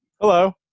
Hello